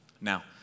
Now